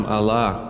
Allah